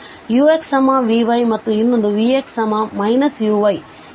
ಅಂದರೆ uxvyಮತ್ತು ಇನ್ನೊಂದು vx uy